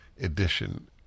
edition